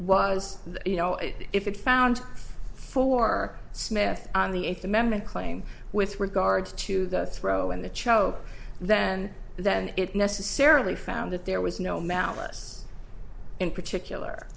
was you know if it found for smith on the eighth amendment claim with regard to the throw in the cho then then it necessarily found that there was no malice in particular